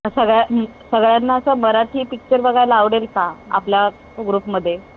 सगळ्या न् सगळ्यांना असा मराठी पिच्चर बघायला आवडेल का आपल्या ग्रुपमध्ये